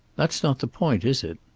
that's not the point, is it?